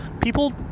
People